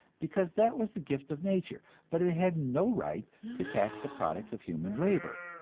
because that was the gift of nature, but it had no right to tax the products of human labor,